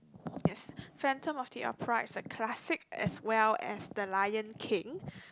yes Phantom-of-the-Opera is a classic as well as the Lion-King